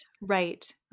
right